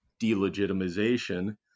delegitimization